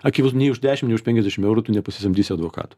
akivaizdu nei už dešim nei už penkiasdešim eurų tu nepasisamdysi advokato